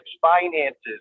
finances